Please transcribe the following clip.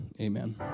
Amen